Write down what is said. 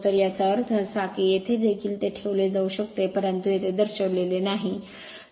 तर याचा अर्थ असा की येथे देखील ते ठेवले जाऊ शकते परंतु येथे दर्शविलेले नाही